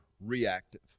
reactive